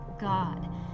God